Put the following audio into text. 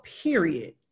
period